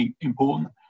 important